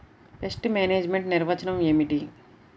Pest management నిర్వచనం ఏమిటి?